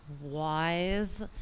wise